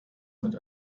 mit